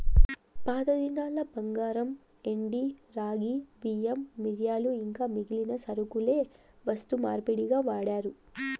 పాతదినాల్ల బంగారు, ఎండి, రాగి, బియ్యం, మిరియాలు ఇంకా మిగిలిన సరకులే వస్తు మార్పిడిగా వాడారు